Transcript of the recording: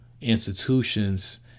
institutions